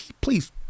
Please